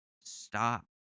stop